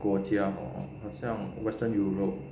国家 hor 好像 western europe